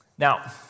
Now